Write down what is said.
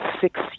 six